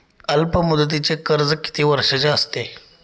अल्पमुदतीचे कर्ज किती वर्षांचे असते?